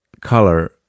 color